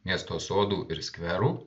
miesto sodų ir skverų